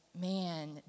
man